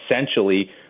essentially